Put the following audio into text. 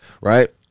right